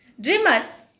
Dreamers